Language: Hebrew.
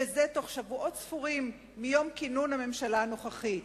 וזה בתוך שבועות ספורים מיום כינון הממשלה הנוכחית.